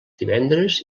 divendres